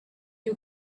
you